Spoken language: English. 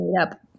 up